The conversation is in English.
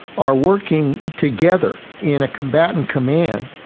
are working together in a combatant command,